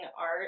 art